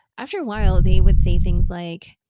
after a while they would say things like,